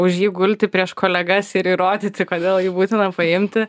už jį gulti prieš kolegas ir įrodyti kodėl jį būtina paimti